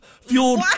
fueled